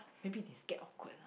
maybe they scared awkward lah